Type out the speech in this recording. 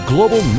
Global